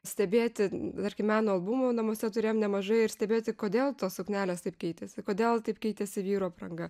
stebėti tarkim meno albumų namuose turėjom nemažai ir stebėti kodėl tos suknelės taip keitėsi kodėl taip keitėsi vyrų apranga